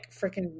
freaking –